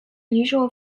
usual